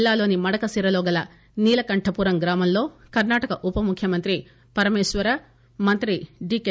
జిల్లాలోని మడకశిరలో గల నీలకంఠపురం గ్రామంలో కర్నాటక ఉప ముఖ్యమంత్రి పరమేశ్వర మంత్రి డికె